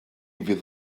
fydd